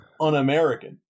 un-American